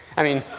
i mean,